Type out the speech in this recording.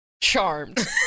Charmed